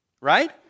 Right